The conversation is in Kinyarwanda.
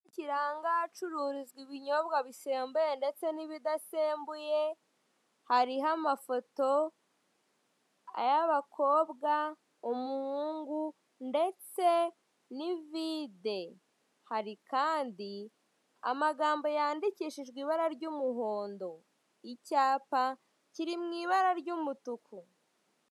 Kiranga ahacururizwa ibinyobwa bisembuye n'ibidasembuye, hariho amafoto ay'abakobwa, umuhungu ndetse n'ivide. Hari kandi amagambo yandikishijwe ibara ry'umuhondo, icyapa kiri mu ibara ry'umutuku.